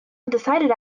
undecided